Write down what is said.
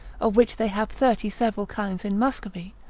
of which they have thirty several kinds in muscovy,